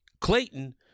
Clayton